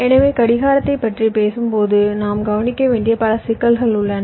எனவே கடிகாரத்தைப் பற்றி பேசும்போது நாம் கவனிக்க வேண்டிய பல சிக்கல்கள் உள்ளன